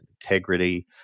integrity